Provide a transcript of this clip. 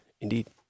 Indeed